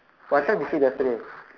what time you sleep yesterday